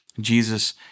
Jesus